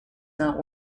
not